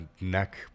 neck